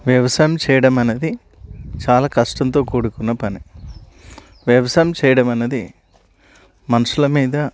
వ్యవసాయం చేయడం అనేది చాలా కష్టంతో కూడుకున్న పని వ్యవసాయం చేయడం అన్నది మనుషుల మీద